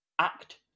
Act